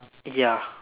ya